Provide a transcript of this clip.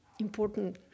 important